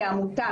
כעמותה,